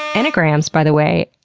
enneagrams, by the way,